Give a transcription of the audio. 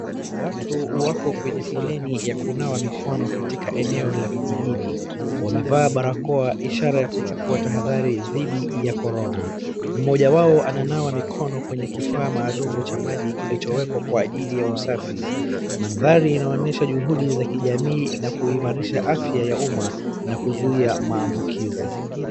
Watu wako kwenye foleni ya kunawa mikono katika eneo la vijijini. Wamevaa barakoa ishara ya kuchukua tahadhali dhidi ya corona. Mmoja wao ananawa mikono kwenye kifaa maalum cha maji kilichowekwa kwa ajili ya usafi. Mandhali inaonyesha juhudi za kijamii na kuimarisha afya ya uma na kuzuia maambukizi.